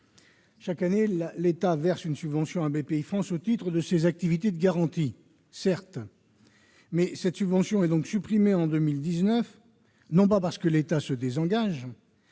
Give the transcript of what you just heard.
Chaque année, l'État verse une subvention à Bpifrance au titre de ses activités de garantie. Si cette subvention est supprimée en 2019, c'est, non pas parce que l'État se désengage